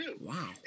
Wow